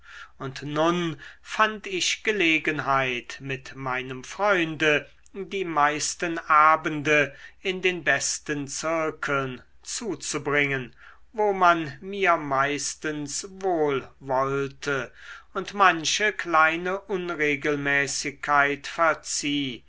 und nun fand ich gelegenheit mit meinem freunde die meisten abende in den besten zirkeln zuzubringen wo man mir meistens wohlwollte und manche kleine unregelmäßigkeit verzieh